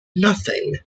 nothing